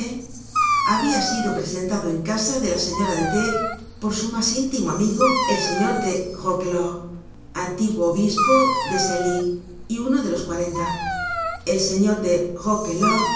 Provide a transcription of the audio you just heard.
habia sido presentado en casa de la señora de t por su mas íntimo amigo el señor de roquelaure antiguo obispo desenlis y uno de los cuarenta el señor de